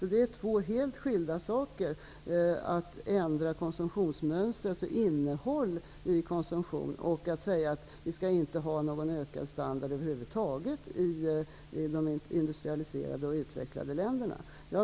Det är två helt skilda saker att ändra konsumtionsmönstret, alltså innehåll i konsumtion, och att säga att vi inte skall ha någon ökad standard över huvud taget i de industrialiserade och utvecklade länderna.